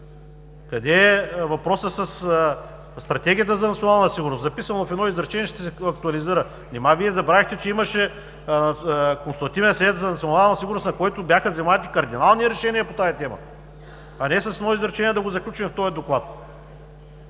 Къде е въпросът със Стратегията за национална сигурност? Записано е в едно изречение – ще се актуализира. Нима Вие забравихте, че имаше Консултативен съвет за национална сигурност, на който бяха взети кардинални решения по тази тема, а не с едно изречение да го заключим в този Доклад?